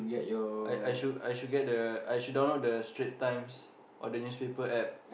I I should I should get the I should download the Strait-Times or the newspaper App